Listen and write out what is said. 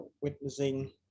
witnessing